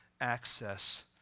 access